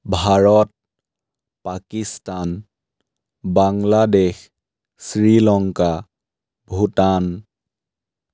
Bharat Pakistan Bangladesh Sri Lanka Bhutan